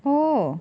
oh